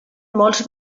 molts